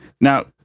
now